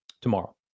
Tomorrow